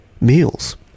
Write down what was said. meals